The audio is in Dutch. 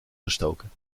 gestoken